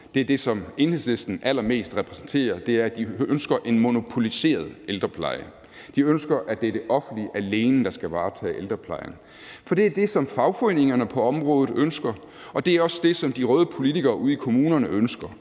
er det, som Enhedslisten allermest repræsenterer, nemlig en monopoliseret ældrepleje. De ønsker, at det er det offentlige alene, der skal varetage ældreplejen, for det er det, som fagforeningerne på området ønsker, og det er også det, som de røde politikere ude i kommunerne ønsker.